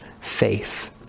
faith